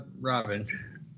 Robin